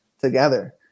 together